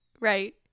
right